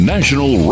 National